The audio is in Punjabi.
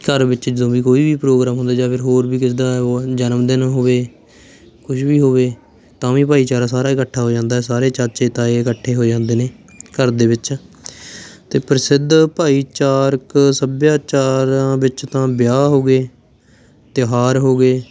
ਘਰ ਵਿੱਚ ਜਦੋਂ ਵੀ ਕੋਈ ਵੀ ਪ੍ਰੋਗਰਾਮ ਹੁੰਦਾ ਜਾਂ ਫਿਰ ਹੋਰ ਵੀ ਕਿਸੇ ਦਾ ਉਹ ਜਨਮਦਿਨ ਹੋਵੇ ਕੁਝ ਵੀ ਹੋਵੇ ਤਾਂ ਵੀ ਭਾਈਚਾਰਾ ਸਾਰਾ ਇਕੱਠਾ ਹੋ ਜਾਂਦਾ ਸਾਰੇ ਚਾਚੇ ਤਾਏ ਇਕੱਠੇ ਹੋ ਜਾਂਦੇ ਨੇ ਘਰ ਦੇ ਵਿੱਚ ਅਤੇ ਪ੍ਰਸਿੱਧ ਭਾਈਚਾਰਕ ਸੱਭਿਆਚਾਰਾਂ ਵਿੱਚ ਤਾਂ ਵਿਆਹ ਹੋ ਗਏ ਤਿਉਹਾਰ ਹੋ ਗਏ